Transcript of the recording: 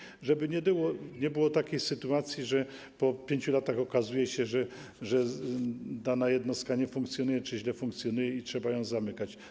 Chodzi o to, żeby nie było takiej sytuacji, że po 5 latach okazuje się, że dana jednostka nie funkcjonuje czy źle funkcjonuje i trzeba ją zamykać.